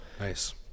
Nice